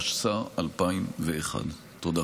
התשס"א 2001. תודה